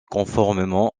conformément